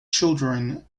children